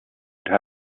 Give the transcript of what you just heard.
would